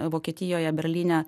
vokietijoje berlyne